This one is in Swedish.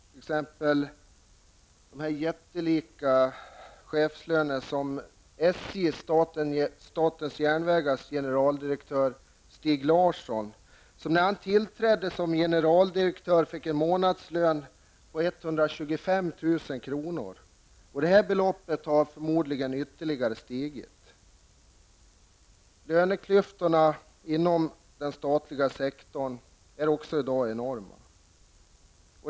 Ett exempel på en sådan jättelik chefslön är att Stig Larsson när han tillträdde som generaldirektör för kr. Detta belopp har förmodligen stigit ytterligare. Löneklyftorna inom den statliga sektorn är i dag enorma.